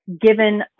given